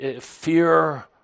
fear